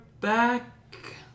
back